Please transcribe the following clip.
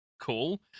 Cool